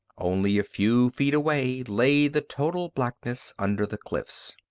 only a few feet away lay the total blackness under the cliffs.